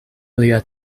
lia